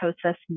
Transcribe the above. process